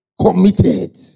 Committed